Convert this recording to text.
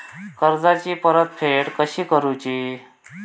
कर्जाची परतफेड कशी करुची?